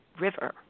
River